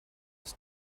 ist